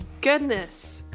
goodness